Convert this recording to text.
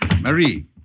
Marie